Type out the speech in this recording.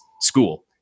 school